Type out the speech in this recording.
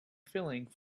feeling